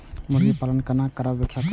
मुर्गी पालन केना करब व्याख्या करु?